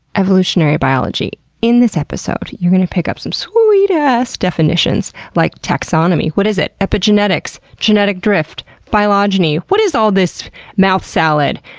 evolutionary biology. in this episode you'll pick up some sweet ass definitions like taxonomy what is it? epigenetics, genetic drift, phylogeny. what is all this mouth salad!